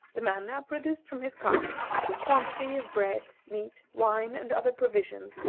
the man now produced from his cart a quantity of bread, meat, wine, and other provisions,